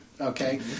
Okay